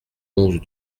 onze